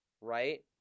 right